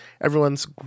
everyone's